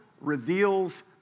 reveals